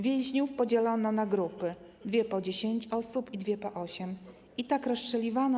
Więźniów podzielono na grupy: dwie po dziesięć osób i dwie po osiem, i tak ich rozstrzeliwano.